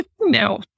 No